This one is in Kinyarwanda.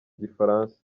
gifaransa